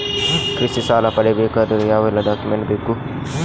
ಕೃಷಿ ಸಾಲ ಪಡೆಯಬೇಕಾದರೆ ಯಾವೆಲ್ಲ ಡಾಕ್ಯುಮೆಂಟ್ ಬೇಕು?